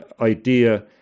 idea